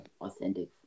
authentic